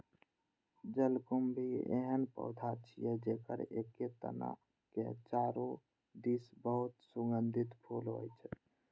जलकुंभी एहन पौधा छियै, जेकर एके तना के चारू दिस बहुत सुगंधित फूल होइ छै